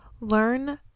learn